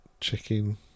chicken